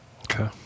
Okay